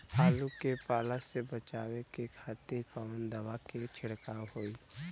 आलू के पाला से बचावे के खातिर कवन दवा के छिड़काव होई?